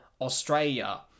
Australia